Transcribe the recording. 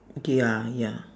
okay ya ya